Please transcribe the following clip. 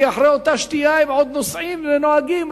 כי אחרי השתייה הם עוד נוסעים ונוהגים.